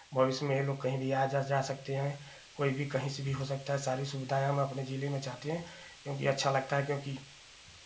भविष्य में ये लोग कहीं भी आ जा सकते हैं कोई भी कहीं से भी हो सकता है सारी सुविधाएं हम अपने जिले में चाहते हैं क्योंकि अच्छा लगता है क्योंकि